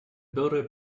builder